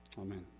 Amen